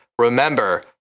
Remember